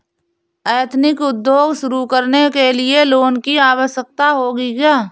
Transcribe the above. Ethnic उद्योग शुरू करने लिए लोन की आवश्यकता होगी क्या?